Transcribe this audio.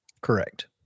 Correct